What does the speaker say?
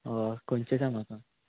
हय खंयचे सांग आसा